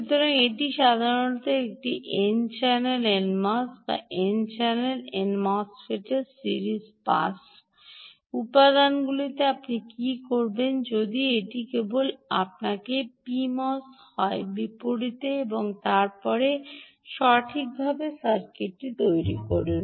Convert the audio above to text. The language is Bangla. সুতরাং এটি সাধারণ একটি এন চ্যানেল এনএমওএস বা এন চ্যানেল এন মোসফেট সিরিজের পাস উপাদানগুলিতে আপনি কী করবেন যদি এটি কেবল আপনাকে পিএমওএস হয় বিপরীত এবং তারপরে সঠিকভাবে সার্কিটটি তৈরি করুন